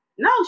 No